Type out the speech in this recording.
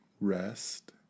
rest